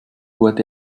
doit